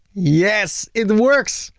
yes! it works.